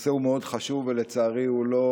הנושא מאוד חשוב, ולצערי הוא לא